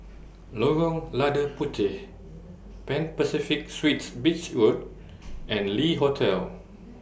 Lorong Lada Puteh Pan Pacific Suites Beach Road and Le Hotel